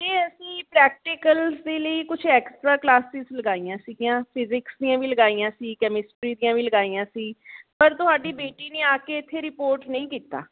ਅਤੇ ਅਸੀਂ ਪ੍ਰੈਕਟੀਕਲਸ ਦੇ ਲਈ ਕੁਛ ਐਕਸਟਰਾ ਕਲਾਸਿਸ ਲਗਾਈਆਂ ਸੀਗੀਆਂ ਫਿਜਿਕਸ ਦੀਆਂ ਵੀ ਲਗਾਈਆਂ ਸੀ ਕੈਮਿਸਟਰੀ ਦੀਆਂ ਵੀ ਲਗਾਈਆਂ ਸੀ ਪਰ ਤੁਹਾਡੀ ਬੇਟੀ ਨੇ ਆ ਕੇ ਇੱਥੇ ਰਿਪੋਰਟ ਨਹੀਂ ਕੀਤਾ